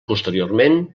posteriorment